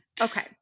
Okay